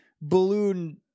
balloon